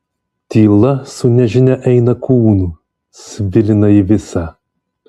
tyla su nežinia eina kūnu svilina jį visą